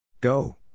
go